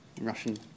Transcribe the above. Russian